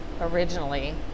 originally